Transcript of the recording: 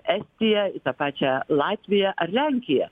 estiją į tą pačią latviją ar lenkiją